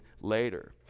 later